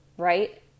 right